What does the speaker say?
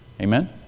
Amen